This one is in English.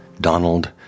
donald